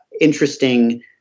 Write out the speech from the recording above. interesting